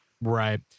Right